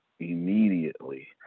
immediately